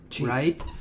right